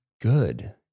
good